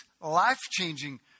life-changing